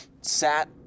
sat